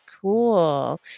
cool